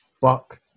fuck